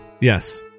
yes